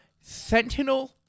Sentinel